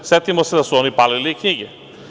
Setimo se da su oni palili i knjige.